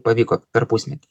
pavyko per pusmetį